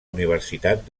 universitat